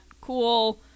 cool